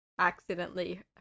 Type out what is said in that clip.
accidentally